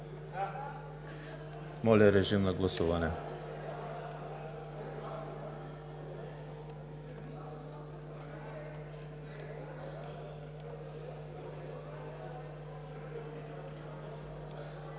Моля, режим на гласуване